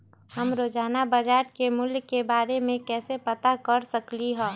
हम रोजाना बाजार के मूल्य के के बारे में कैसे पता कर सकली ह?